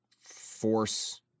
force